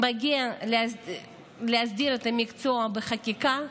מגיע להסדיר את המקצוע בחקיקה.